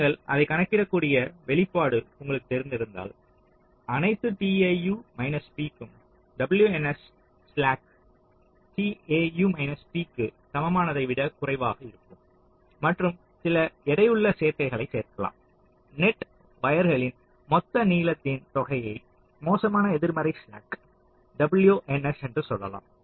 நீங்கள் அதைக் கணக்கிடக்கூடிய வெளிப்பாடு உங்களுக்குத் தெரிந்திருப்பதால் அனைத்து tau p க்கும் WNS ஸ்லாக் tau p க்கு சமமானதை விட குறைவாக இருக்கும் மற்றும் சில எடையுள்ள சேர்க்கைகளை சேர்க்கலாம் நெட் வயர்களின் மொத்த நீளத்தின் தொகை மோசமான எதிர்மறை ஸ்லாக் WNS என்று சொல்லலாம்